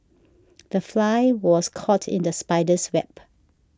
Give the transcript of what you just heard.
the fly was caught in the spider's web